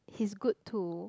he's good to